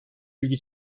ilgi